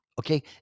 okay